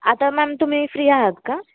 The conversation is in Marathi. आता मॅम तुम्ही फ्री आहात का